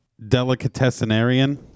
Delicatessenarian